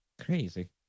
Crazy